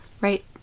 Right